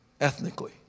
ethnically